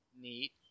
neat